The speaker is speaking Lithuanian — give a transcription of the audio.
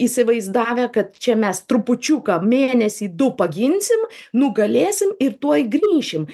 įsivaizdavę kad čia mes trupučiuką mėnesį du paginsim nugalėsim ir tuoj grįšim